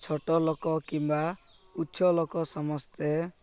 ଛୋଟ ଲୋକ କିମ୍ବା ଉଚ୍ଚ ଲୋକ ସମସ୍ତେ